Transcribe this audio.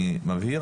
אני מבהיר,